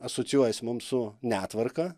asocijuojas mums su netvarka